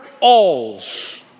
alls